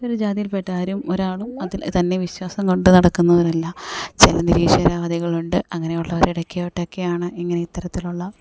ഒരു ജാതിയിൽ പെട്ട ആരും ഒരാളും അതിൽ തന്നെ വിശ്വാസം കൊണ്ടു നടക്കുന്നവരല്ല ചില നിരീശ്വരവാദികളുണ്ട് അങ്ങനെയുള്ളവരുടെക്ക്യോട്ടൊക്കെ ആണ് ഇങ്ങനെ ഇത്തരത്തിലുള്ള